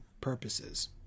purposes